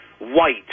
White